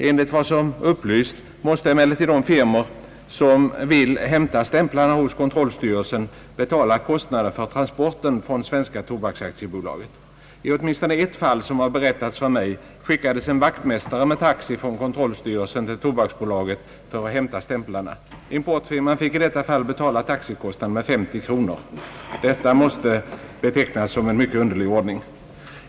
Enligt vad som upplysts måste emellertid de firmor, som vill hämta stämplarna hos kontrollstyrelsen, betala kostnaderna för transporten från Svenska tobaksaktiebolaget. I åtminstone ett fall som har berättats för mig skickades en vaktmästare från kontrollstyrelsen till tobaksbolaget för att hämta stämplarna. Importfirman fick i detta fall betala taxikostnaden med 50 kronor. Detta måste betecknas som en mycket underlig ordning.